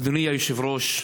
אדוני היושב-ראש,